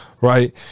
right